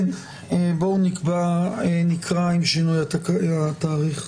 בואו נקרא עם שינוי התאריך.